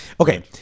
Okay